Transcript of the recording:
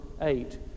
eight